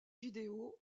vidéo